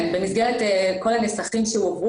רק לקחת בחשבון לגבי הרשויות